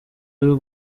y’u